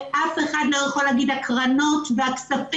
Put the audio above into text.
ואף אחד לא יכול להגיד הקרנות והכספים